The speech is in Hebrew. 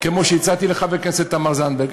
כמו שהצעתי לחברת הכנסת תמר זנדברג.